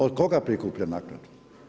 Od koga prikuplja naknadu?